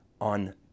on